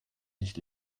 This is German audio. nicht